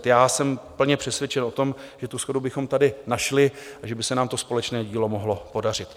Já jsem plně přesvědčen o tom, že shodu bychom tady našli a že by se nám to společné dílo mohlo podařit.